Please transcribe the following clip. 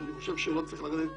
אני חושב שלא צריך לרדת